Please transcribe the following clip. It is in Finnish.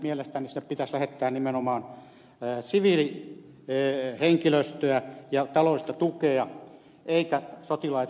mielestäni sinne pitäisi lähettää nimenomaan siviilihenkilöstöä ja taloudellista tukea eikä sotilaita